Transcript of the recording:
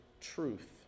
truth